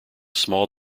small